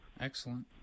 Excellent